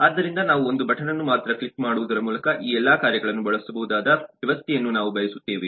ಆದ್ದರಿಂದ ನಾವು ಒಂದು ಬಟನನ್ನು ಮಾತ್ರ ಕ್ಲಿಕ್ ಮಾಡುವುದರ ಮೂಲಕ ಈ ಎಲ್ಲಾ ಕಾರ್ಯಗಳನ್ನು ಬಳಸಬಹುದಾದ ವ್ಯವಸ್ಥೆಯನ್ನು ನಾವು ಬಯಸುತ್ತೇವೆ